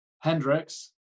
Hendrix